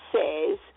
says